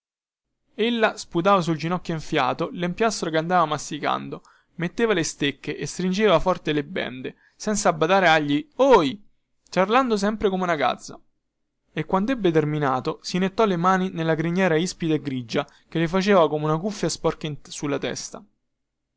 ella sputava sul ginocchio enfiato lempiastro che andava masticando metteva le stecche e stringeva forte le bende senza badare agli ohi ciarlando sempre come una gazza e quandebbe terminato si nettò le mani nella criniera ispida e grigia che le faceva come una cuffia sporca sulla testa